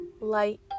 light